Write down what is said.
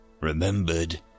remembered